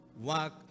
walk